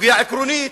סוגיה עקרונית,